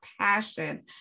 passion